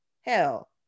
Hell